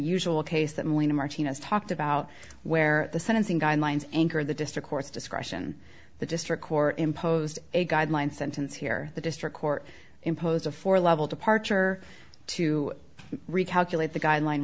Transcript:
usual case that melinda martinez talked about where the sentencing guidelines anchor the district courts discretion the district court imposed a guideline sentence here the district court imposed a four level departure to recap at the guideline